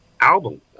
album